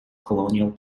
colonial